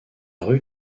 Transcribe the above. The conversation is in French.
rue